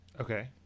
Okay